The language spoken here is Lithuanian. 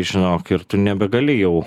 žinok ir tu nebegali jau